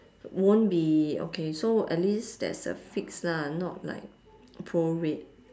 won't be okay so at least there's a fixed lah not like prorate